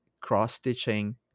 cross-stitching